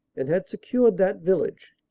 and had secured that village,